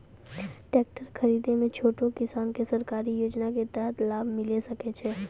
Tractor खरीदै मे छोटो किसान के सरकारी योजना के तहत लाभ मिलै सकै छै?